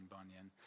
Bunyan